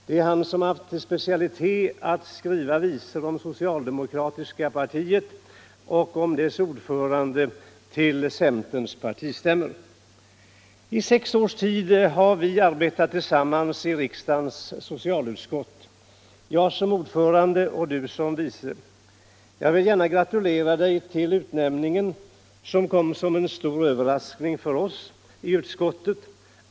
Det är han som haft som specialitet att skriva visor om socialdemokratiska partiet och om dess ordförande till centerns partistämmor. - I sex års tid har vi arbetat tillsammans i riksdagens socialutskott. Jag som ordförande och du som vice. Jag vill gärna gratulera dig till utnämningen, som kom som en stor överraskning för oss i utskottet.